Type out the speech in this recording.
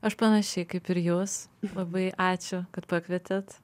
aš panašiai kaip ir jūs labai ačiū kad pakvietėt